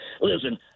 Listen